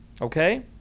Okay